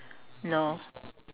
no